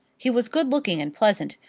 he was good-looking and pleasant,